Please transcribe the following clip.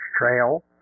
trail